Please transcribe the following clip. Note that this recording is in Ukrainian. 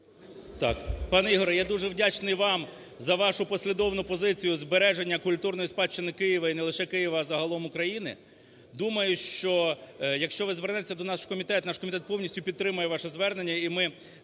так, пане Ігоре, я дуже вдячний вас за вашу послідовну позицію збереження культурної спадщини Києва і не лише Києва, а загалом України. Думаю, що, якщо ви звернетеся до нашого комітету – наш комітет повністю підтримує ваше звернення